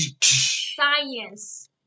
science